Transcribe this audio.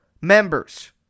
members